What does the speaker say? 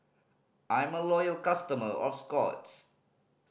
I'm a loyal customer of Scott's